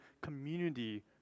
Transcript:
community